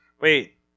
Wait